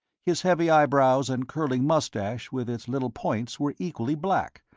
his heavy eyebrows and curling moustache with its little points were equally black,